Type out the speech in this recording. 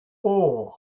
four